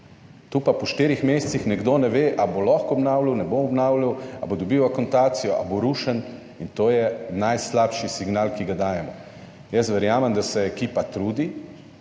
Tu pa po štirih mesecih nekdo ne ve ali bo lahko obnavljal, ne bo obnavljal ali bo dobil akontacijo ali bo rušen in to je najslabši signal, ki ga dajemo. Jaz verjamem, da se ekipa trudi,